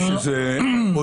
יש איזה הודעה.